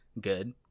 good